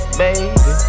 baby